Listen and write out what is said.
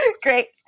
Great